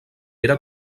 era